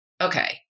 okay